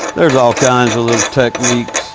there's all kinds of little techniques.